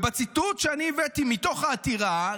בציטוט שאני הבאתי מתוך העתירה,